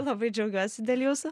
labai džiaugiuosi dėl jūsų